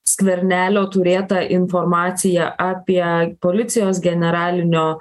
skvernelio turėtą informaciją apie policijos generalinio